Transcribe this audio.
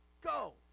go